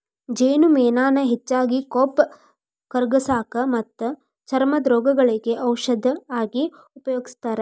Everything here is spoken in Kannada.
ಜೇನುಮೇಣಾನ ಹೆಚ್ಚಾಗಿ ಕೊಬ್ಬ ಕರಗಸಾಕ ಮತ್ತ ಚರ್ಮದ ರೋಗಗಳಿಗೆ ಔಷದ ಆಗಿ ಉಪಯೋಗಸ್ತಾರ